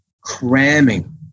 cramming